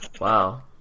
Wow